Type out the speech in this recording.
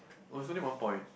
oh is only one point